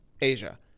asia